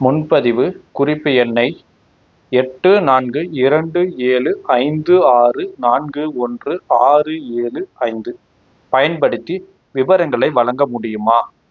முன்பதிவு குறிப்பு எண்ணை எட்டு நான்கு இரண்டு ஏழு ஐந்து ஆறு நான்கு ஒன்று ஆறு ஏழு ஐந்து பயன்படுத்தி விவரங்களை வழங்க முடியுமா